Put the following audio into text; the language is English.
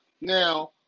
Now